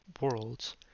worlds